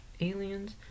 aliens